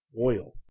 Oil